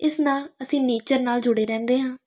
ਇਸ ਨਾਲ ਅਸੀਂ ਨੇਚਰ ਨਾਲ ਜੁੜੇ ਰਹਿੰਦੇ ਹਾਂ